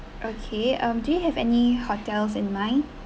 okay um do you have any hotels in mind